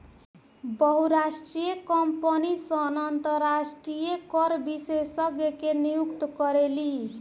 बहुराष्ट्रीय कंपनी सन अंतरराष्ट्रीय कर विशेषज्ञ के नियुक्त करेली